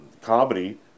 comedy